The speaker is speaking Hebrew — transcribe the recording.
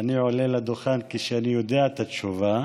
ואני עולה לדוכן כשאני יודע את התשובה.